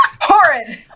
Horrid